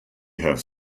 has